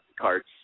cards